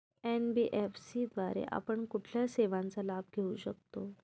NBFC द्वारे आपण कुठल्या सेवांचा लाभ घेऊ शकतो?